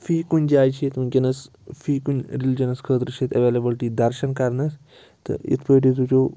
فی کُنہِ جایہِ چھِ ییٚتہِ وُنٛکیٚس فی کُنہِ ریٚلجیٚنس خٲطرٕ چھِ ییتہِ ایٚویٚلیبٕلٹی دَرشَن کَرنَس تہٕ یِتھ پٲٹھۍ أسۍ وُچھو